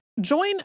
Join